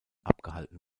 abgehalten